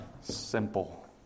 simple